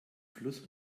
fluss